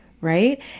right